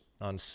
on